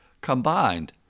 combined